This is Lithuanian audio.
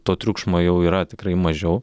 to triukšmo jau yra tikrai mažiau